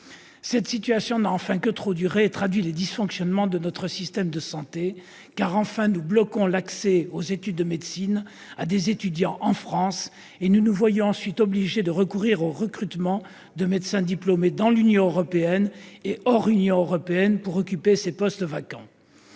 cette situation traduit les dysfonctionnements de notre système de santé : nous bloquons l'accès aux études de médecine à des étudiants en France, et nous nous voyons ensuite obligés de recourir au recrutement de médecins diplômés dans l'Union européenne et en dehors de l'Union européenne pour occuper les postes vacants.